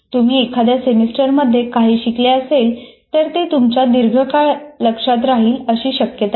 तुम्ही एखाद्या सेमिस्टर मध्ये काही शिकले असेल तर ते तुमच्या दीर्घकाळ लक्षात राहील अशी शक्यता नाही